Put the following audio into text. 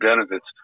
benefits